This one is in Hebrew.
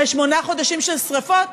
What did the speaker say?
אחרי שמונה חודשים של שרפות,